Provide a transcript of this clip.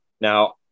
Now